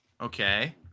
okay